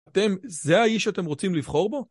זה האיש שאתם רוצים לבחור בו?